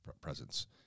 presence